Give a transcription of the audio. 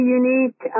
unique